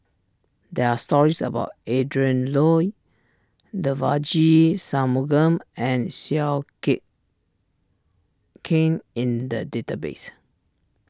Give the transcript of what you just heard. there are stories about Adrin Loi Devagi Sanmugam and Seow kit Kin in the database